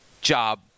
job